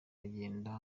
agende